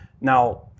Now